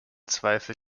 zweifel